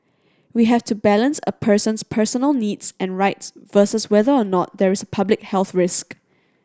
we have to balance a person's personal needs and rights versus whether or not there is a public health risk